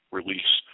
release